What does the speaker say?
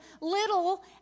little